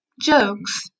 jokes